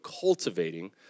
cultivating